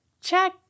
Check